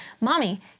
mommy